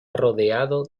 rodeado